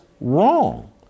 wrong